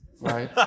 right